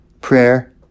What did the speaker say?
Prayer